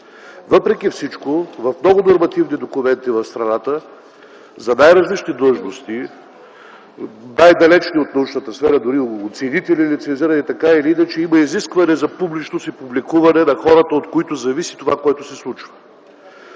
Въпреки всичко в много нормативни документи в страната за най-различни длъжности, най-далечни от научната сфера – дори лицензирани оценители, така или иначе има изискване за публичност и публикуване на хората, от които зависи това, което се случва.